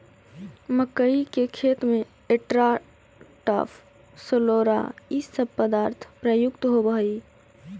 मक्कइ के खेत में एट्राटाफ, सोलोरा इ सब पदार्थ प्रयुक्त होवऽ हई